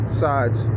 sides